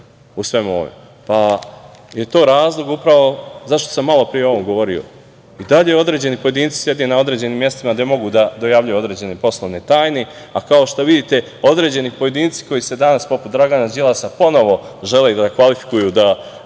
pa je to razlog upravo zašto sam malopre o ovome govorio. I dalje određeni pojedinci sede na određenim mestima gde mogu da dojavljuju određene poslovne tajne, a kao što vidite određeni pojedinci koji se danas, poput Dragana Đilasa, ponovo žele da kvalifikuju da butu